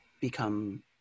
become